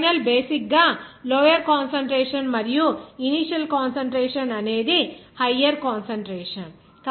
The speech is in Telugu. కాబట్టి ఫైనల్ బేసిక్ గా లోయర్ కాన్సంట్రేషన్ మరియు ఇనీషియల్ కాన్సంట్రేషన్ అనేది హయ్యర్ కాన్సంట్రేషన్